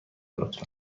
لطفا